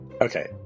okay